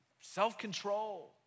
self-control